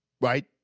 Right